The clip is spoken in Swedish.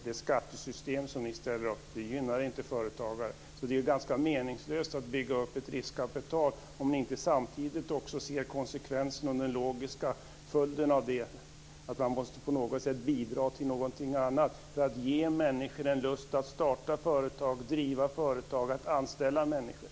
Det skattesystem som ni ställer upp gynnar inte företagare. Det är därför ganska meningslöst att bygga upp ett riskkapital om ni inte samtidigt också ser konsekvenserna och den logiska följden av det, att man på något sätt måste bidra till någonting annat för att ge människor lust att starta företag, driva företag och anställa människor.